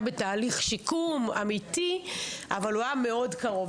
בתהליך שיקום אמיתי אבל הוא היה מאוד קרוב,